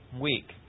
week